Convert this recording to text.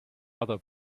other